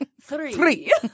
Three